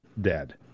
dead